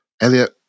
Elliot